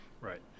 Right